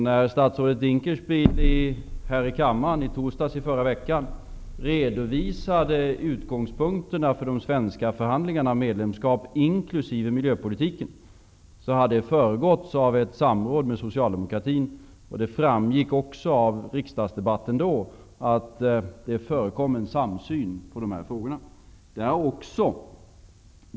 När statsrådet Dinkelspiel här i kammaren i torsdags i förra veckan redovisade utgångspunkterna för de svenska förhandlingarna om medlemskap, inkl. miljöpolitiken, har det hela föregåtts av ett samråd med Socialdemokratin. Det framgick också av riksdagsdebatten då att en samsyn i dessa frågor förelåg.